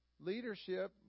Leadership